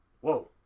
whoa